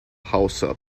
hausa